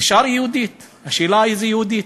נשאר "יהודית" השאלה איזו יהודית,